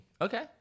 Okay